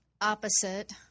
opposite